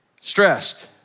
stressed